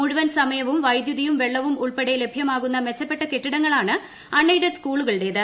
മുഴുവൻ സമയവുംവൈദ്യുതിയും വെള്ളവും ഉൾപ്പെടെ ലഭ്യമാകുന്ന മെച്ചപ്പെട്ട കെട്ടിടങ്ങളാണ് അൺ എയ്ഡഡ് സ്കൂളുകളുടേത്